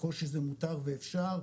ככל שזה מותר ואפשר,